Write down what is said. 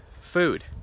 food